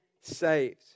saved